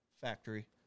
factory